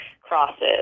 crosses